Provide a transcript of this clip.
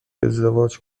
ازدواج